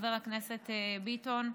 חבר הכנסת ביטון,